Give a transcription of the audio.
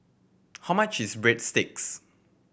how much is Breadsticks